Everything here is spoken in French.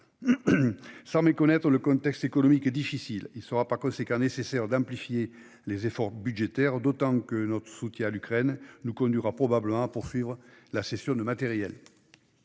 Sans méconnaître le contexte économique difficile, il sera par conséquent nécessaire d'amplifier les efforts budgétaires, d'autant que notre soutien à l'Ukraine nous conduira probablement à poursuivre la cession de matériel.